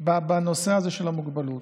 בנושא הזה של המוגבלות,